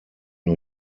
new